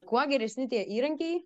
kuo geresni tie įrankiai